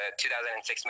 2006